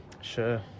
Sure